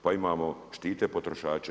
Pa imamo, štite potrošače.